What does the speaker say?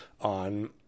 on